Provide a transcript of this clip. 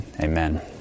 amen